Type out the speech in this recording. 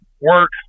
work